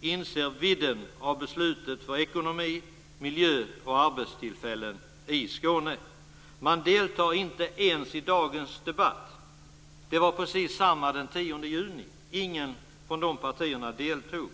inser vidden av det här beslutet, med tanke på ekonomi, miljö och arbetstillfällen i Skåne. Man deltar inte ens i dagens debatt. Precis så var det den 10 juni. Ingen från nämnda partier deltog.